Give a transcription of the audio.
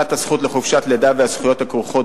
החלת הזכות לחופשת לידה והזכויות הכרוכות